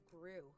grew